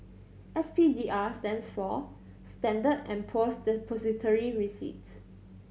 S P D R stands for Standard and Poor's Depository Receipts